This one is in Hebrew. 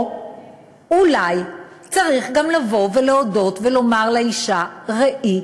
אולי צריך גם לבוא ולהודות ולומר לאישה: ראי,